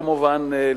כמובן,